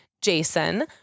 Jason